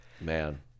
Man